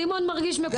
סימון מרגיש מקופח.